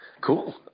Cool